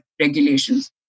regulations